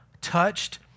touched